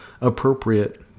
appropriate